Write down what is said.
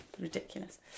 Ridiculous